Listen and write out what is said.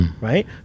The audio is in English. Right